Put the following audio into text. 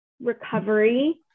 recovery